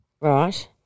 Right